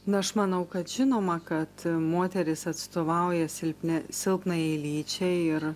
na aš manau kad žinoma kad moteris atstovauja silpni silpnajai lyčiai ir